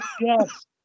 Yes